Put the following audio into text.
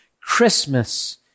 Christmas